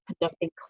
conducting